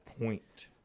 point